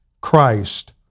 Christ